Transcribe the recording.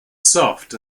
soft